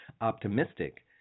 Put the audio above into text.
optimistic